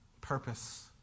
Purpose